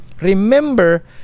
Remember